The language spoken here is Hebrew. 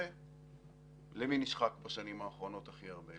ורואה למי נשחק בשנים האחרונות הכי הרבה,